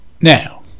now